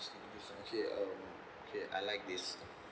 interesting interesting okay um okay I like this